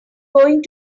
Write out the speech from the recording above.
going